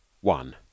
One